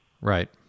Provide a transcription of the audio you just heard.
right